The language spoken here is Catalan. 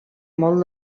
molt